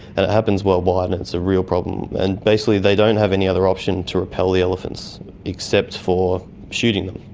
and it happens worldwide and it's a real problem. and basically they don't have any other option to repel the elephants except for shooting them.